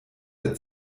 der